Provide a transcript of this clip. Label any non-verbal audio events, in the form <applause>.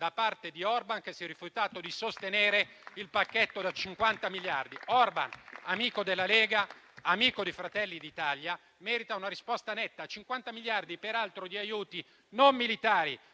di Orban che si è rifiutato di sostenere il pacchetto da 50 miliardi. <applause> Orban, amico della Lega, amico di Fratelli d'Italia, merita una risposta netta: 50 miliardi, peraltro di aiuti non militari,